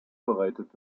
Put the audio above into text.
bereitet